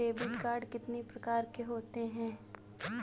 Debit card कितनी प्रकार के होते हैं?